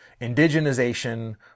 indigenization